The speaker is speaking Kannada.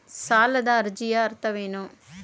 ಸಾಲದ ಅರ್ಜಿಯ ಅರ್ಥವೇನು?